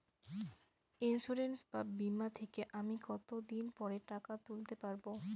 Insurance বা বিমা থেকে আমি কত দিন পরে টাকা তুলতে পারব?